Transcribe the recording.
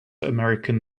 american